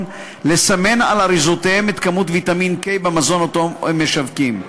לסמן על אריזותיהם את כמות ויטמין K במזון שהם משווקים.